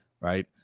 right